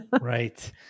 Right